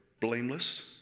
blameless